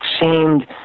seemed